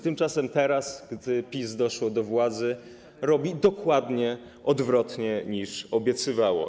Tymczasem teraz, gdy PiS doszło do władzy, robi dokładnie odwrotnie, niż obiecywało.